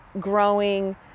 growing